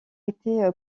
été